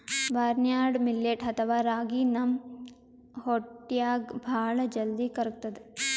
barnyard millet ಅಥವಾ ರಾಗಿ ನಮ್ ಹೊಟ್ಟ್ಯಾಗ್ ಭಾಳ್ ಜಲ್ದಿ ಕರ್ಗತದ್